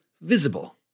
visible